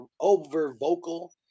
over-vocal